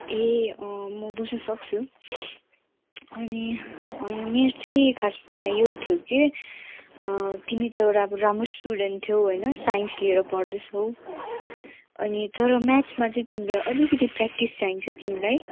ए अँ म बुझ्नु सक्छु अनि होइन मेरो चाहिँ खासमा यो थियो कि तिमी त एउटा अब राम्रो स्टुडेन्ट थियौँ होइन साइन्स लिएर पढदैछौ अनि तर म्याचमा चाहिँ तिम्रो अलिकति प्रयाक्टिस चाहिन्छ तिमीलाई